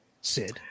Sid